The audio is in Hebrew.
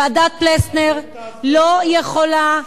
ועדת-פלסנר לא יכולה,